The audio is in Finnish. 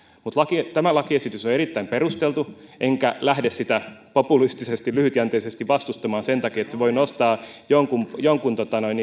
mutta tämä lakiesitys on on erittäin perusteltu enkä lähde sitä populistisesti lyhytjänteisesti vastustamaan sen takia että se voi nostaa jonkun jonkun